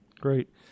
Great